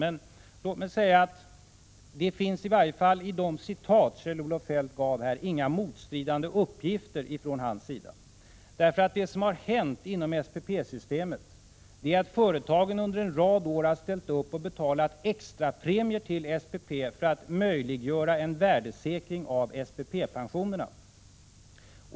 Men låt mig säga att det i varje fall i de citat Kjell-Olof Feldt anförde inte finns några motstridande uppgifter från Linderoths sida. Det som hänt inom SPP systemet är att företagen under en lång rad år ställt upp och betalat extrapremier till SPP för att möjliggöra en värdesäkring av SPP-pensionerna.